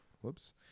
Whoops